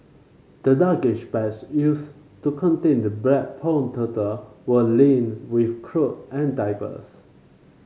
the luggage bags used to contain the black pond turtle were lined with cloth and diapers